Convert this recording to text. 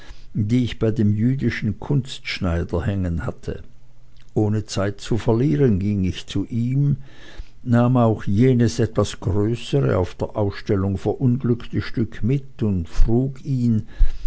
die ich bei dem jüdischen kunstschneider hängen hatte ohne zeit zu verlieren ging ich zu ihm nahm auch jenes etwas größere auf der ausstellung verunglückte stück mit und frug ihn